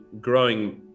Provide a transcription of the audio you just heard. growing